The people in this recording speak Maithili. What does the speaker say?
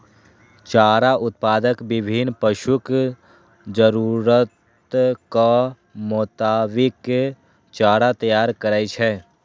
चारा उत्पादक विभिन्न पशुक जरूरतक मोताबिक चारा तैयार करै छै